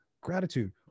gratitude